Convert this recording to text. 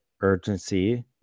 urgency